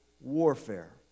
warfare